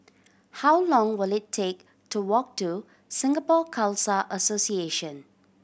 how long will it take to walk to Singapore Khalsa Association